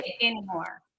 anymore